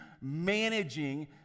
managing